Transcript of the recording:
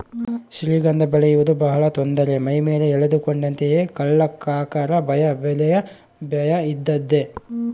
ಶ್ರೀಗಂಧ ಬೆಳೆಯುವುದು ಬಹಳ ತೊಂದರೆ ಮೈಮೇಲೆ ಎಳೆದುಕೊಂಡಂತೆಯೇ ಕಳ್ಳಕಾಕರ ಭಯ ಬೆಲೆಯ ಭಯ ಇದ್ದದ್ದೇ